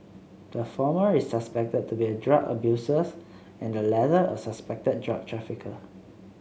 the former is suspected to be a drug abusers and the latter a suspected drug trafficker